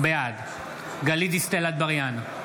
בעד גלית דיסטל אטבריאן,